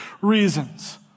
reasons